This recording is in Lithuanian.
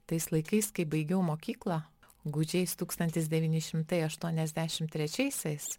tais laikais kai baigiau mokyklą gūdžiais tūkstantis devyni šimtai aštuoniasdešim trečiaisiais